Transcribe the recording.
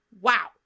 Wow